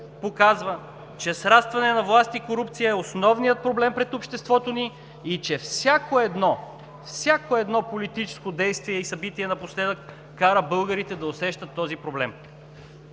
показва, че срастването на власт и корупция е основният проблем пред обществото ни, и че всяко едно, всяко едно политическо действие и събитие напоследък кара българите да усещат този проблем.